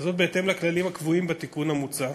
וזאת בהתאם לכללים הקבועים בתיקון המוצע.